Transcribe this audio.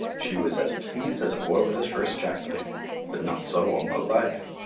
she was as pleased as a boy with his first jack-knife but not so uncle life.